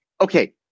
okay